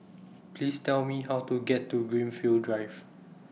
Please Tell Me How to get to Greenfield Drive